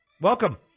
welcome